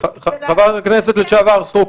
חברת הכנסת לשעבר סטרוק,